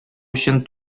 өчен